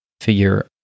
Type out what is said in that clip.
Figure